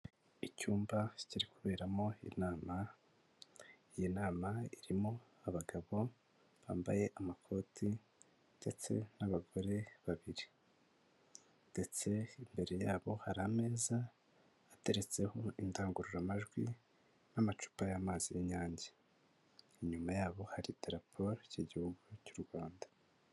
Icyumba kiri kuberamo inama, iyi nama irimo abagabo bambaye amakoti ndetse n'abagore babiri ndetse imbere yabo hari ameza ateretseho indangururamajwi n'amacupa y'amazi y'inyange, inyuma yabo hari idarapo y'Igihugu cy'u Rwanda.